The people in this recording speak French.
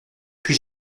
puis